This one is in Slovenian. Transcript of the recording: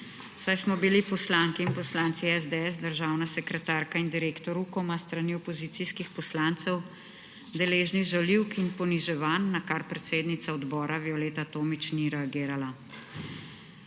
saj smo bili poslanke in poslanci SDS, državna sekretarka in direktor Ukoma s strani opozicijskih poslancev deležni žaljiv in poniževanj, na kar predsednica odbora Violeta Tomić ni reagirala.